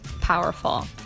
powerful